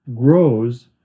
grows